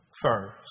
first